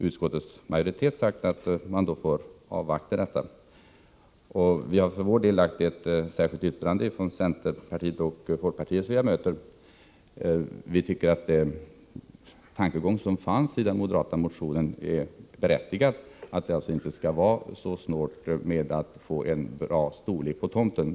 Utskottsmajoriteten anser att vi bör avvakta dessa överläggningar. Centerpartiets och folkpartiets ledamöter i utskottet har emellertid avgivit ett särskilt yttrande. Vi tycker att tankegången i den moderata motionen är riktig, att man inte skall vara så snål när det gäller tomtstorleken.